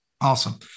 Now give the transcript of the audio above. Awesome